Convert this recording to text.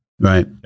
Right